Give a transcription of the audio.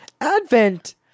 Advent